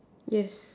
yes